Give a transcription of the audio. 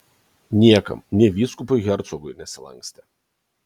niekam nė vyskupui hercogui nesilankstė